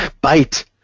bite